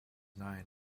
nine